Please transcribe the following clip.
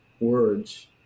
words